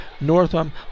Northam